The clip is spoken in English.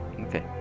Okay